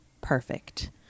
perfect